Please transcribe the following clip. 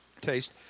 taste